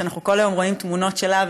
שאנחנו כל היום רואים תמונות שלה,